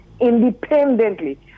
independently